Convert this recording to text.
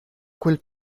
quel